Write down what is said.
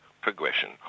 progression